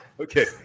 Okay